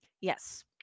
Yes